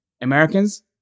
Americans